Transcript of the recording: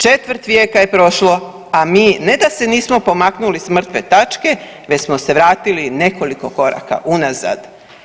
Četvrt vijeka je prošlo, a mi ne da se nismo pomaknuli s mrtve tačke već smo se vratili nekoliko koraka unazad.